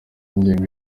ngengo